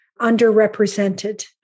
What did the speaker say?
underrepresented